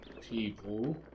people